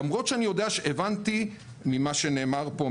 למרות שהבנתי ממה שנאמר פה,